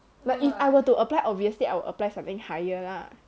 but if I were to apply obviously I will apply something higher lah